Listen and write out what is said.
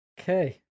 Okay